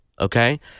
okay